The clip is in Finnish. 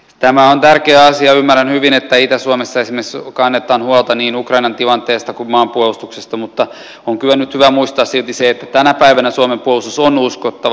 tämä on tärkeä asia ymmärrän hyvin että esimerkiksi itä suomessa kannetaan huolta niin ukrainan tilanteesta kuin maanpuolustuksesta mutta on kyllä nyt hyvä silti muistaa se että tänä päivänä suomen puolustus on uskottava